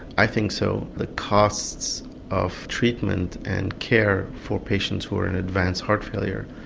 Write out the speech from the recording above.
i think so, the costs of treatment and care for patients who are in advanced heart failure,